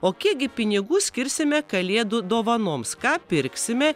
o kiekgi pinigų skirsime kalėdų dovanoms ką pirksime